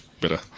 better